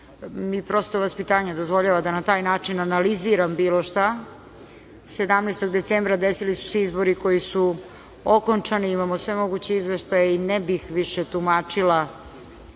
niti mi vaspitanje ne dozvoljava da na taj način analiziram bilo šta. Sedamnaestog decembra desili su se izbori koji su okončani. Imamo sve moguće izveštaje. Ne bih više tumačila